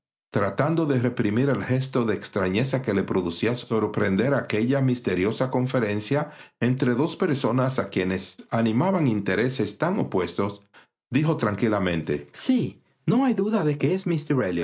tratando de reprimir el gesto de extrafieza que le producía sorprender aquella misteriosa conferencia entre dos personas a quienes animaban intereses tan opuestos dijo tranquilamente sí no hay duda de que